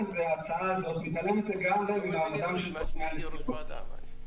ההצעה הזאת מתעלמת לגמרי ממעמדם של סוכני הנסיעות.